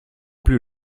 plus